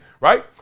right